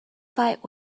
fight